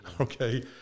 Okay